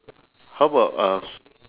how about uh s~